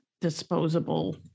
disposable